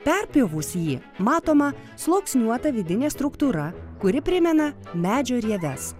perpjovus jį matoma sluoksniuota vidinė struktūra kuri primena medžio rieves